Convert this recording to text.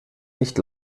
nicht